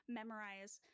memorize